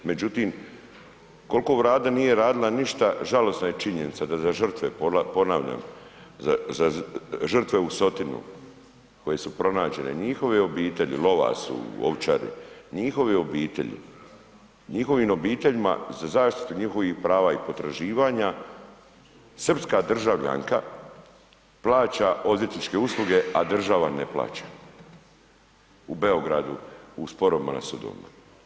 Međutim, koliko Vlada nije radila ništa, žalosna je činjenica da za žrtve, ponavljam, za žrtve u Sotinu, koje su pronađene, njihove obitelji, u Lovasu, u Ovčari, njihove obitelji, njihovim obiteljima za zaštitu njihovih prava i potraživanja, srpska državljanka plaća odvjetničke usluge, a država im ne plaća u Beogradu u sporovima na sudovima.